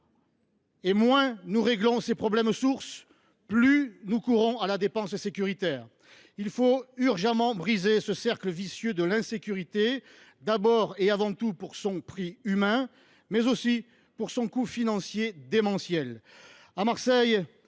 Or moins nous réglons ces problèmes sources, plus nous courons à la dépense sécuritaire. Il faut en urgence briser ce cercle vicieux de l’insécurité, d’abord et avant tout pour son prix humain, mais aussi pour son coût financier démentiel.